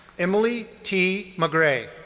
emily t. mcgray,